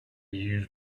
used